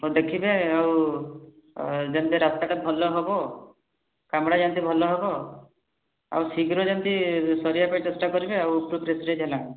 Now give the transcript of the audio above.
ହଉ ଦେଖିବେ ଆଉ ଯେମତି ରାସ୍ତାଟା ଭଲ ହେବ କାମଟା ଯେମତି ଭଲ ହେବ ଆଉ ଶୀଘ୍ର ଯେମିତି ସରିବା ପାଇଁ ଚେଷ୍ଟା କରିବେ ଆଉ